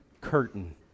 curtain